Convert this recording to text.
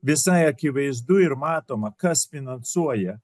visai akivaizdu ir matoma kas finansuoja